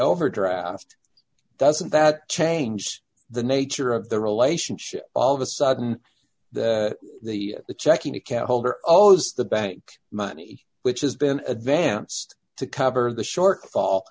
overdraft doesn't that change the nature of the relationship all of a sudden the checking account holder always the bank money which has been advanced to cover the shortfall